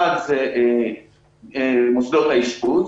אחד זה מוסדות האשפוז